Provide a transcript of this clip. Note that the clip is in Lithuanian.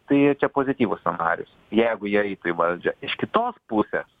tai čia pozityvus scenarijus jeigu jie eitų į valdžią iš kitos pusės